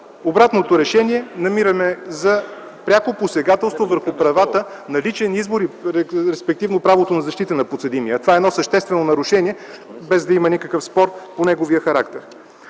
Обратното решение намираме за пряко посегателство върху правата на личен избор и, респективно, правото на защита на подсъдимия. Това е едно съществено нарушение, без да има никакъв спор по неговия характер.